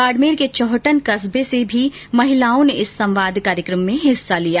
बाडमेर के चोहटन कस्बे से भी महिलाओं ने इस संवाद कार्यक्रम में हिस्सा लिया